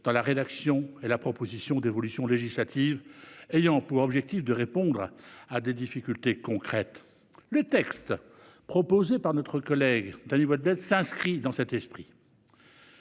à élaborer et à proposer des évolutions législatives ayant pour objectif de répondre à des difficultés concrètes. Le texte proposé par notre collègue Dany Wattebled s'inscrit dans cet esprit.